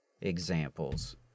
examples